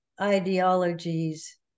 ideologies